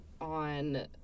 on